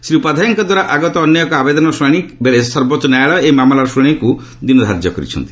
ଶ୍ରୀ ଉପାଧ୍ୟାୟଙ୍କ ଦ୍ୱାରା ଆଗତ ଅନ୍ୟ ଏକ ଆବେଦନର ଶୁଣାଣି ବେଳେ ସର୍ବୋଚ୍ଚ ନ୍ୟାୟାଳୟ ଏହି ମାମଲାର ଶ୍ରୁଣାଣି ପାଇଁ ଦିନ ଧାର୍ଯ୍ୟ କରିଚ୍ଚନ୍ତି